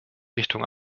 richtung